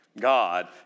God